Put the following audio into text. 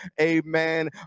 amen